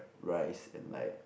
rice and like